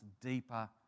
deeper